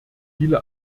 viele